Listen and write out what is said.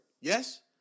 Yes